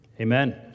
Amen